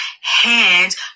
hands